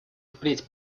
впредь